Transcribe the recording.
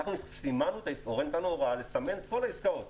נתנו הוראה לסמן את כל העסקאות